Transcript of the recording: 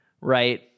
right